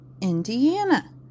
Indiana